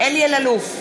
אלי אלאלוף,